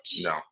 No